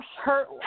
hurt